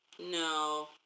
No